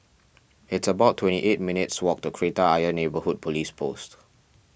it's about twenty eight minutes' walk to Kreta Ayer Neighbourhood Police Post